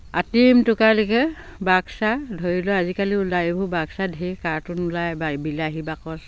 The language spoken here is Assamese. আটোম টোকাৰিকৈ বাক্সা ধৰি লওক আজিকালি ওলাই এইবোৰ বাক্সা ঢেৰ কাৰ্টন ওলাই বা বিলাহী বাকচ